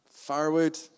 Firewood